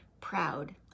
proud